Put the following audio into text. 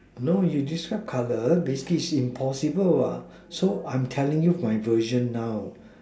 no you describe colour basically it's impossible what so I'm telling you from my version now